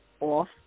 off